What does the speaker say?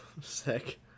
Sick